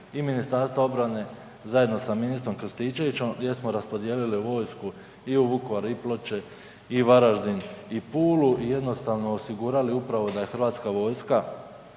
i Ministarstva obrane zajedno sa ministrom Krstičevićom gdje smo raspodijelili vojsku i u Vukovar i Ploče i Varaždin i Pulu i jednostavno osigurali upravo da je hrvatska vojska